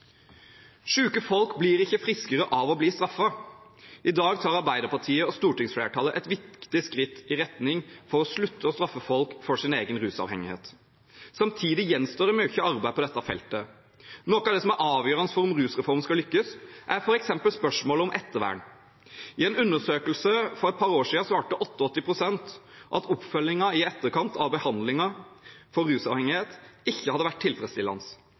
straffe folk for egen rusavhengighet. Samtidig gjenstår mye arbeid på dette feltet. Noe av det som er avgjørende for om rusreformen skal lykkes, er f.eks. spørsmålet om ettervern. I en undersøkelse for et par år siden svarte 88 pst. at oppfølgingen i etterkant av behandlingen for rusavhengighet ikke hadde vært tilfredsstillende.